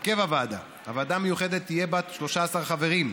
הרכב הוועדה: הוועדה המיוחדת תהיה בת 13 חברים.